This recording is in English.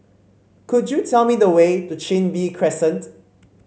could you tell me the way to Chin Bee Crescent